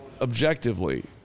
objectively